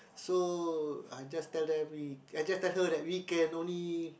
so I just tell them we I just tell them we can only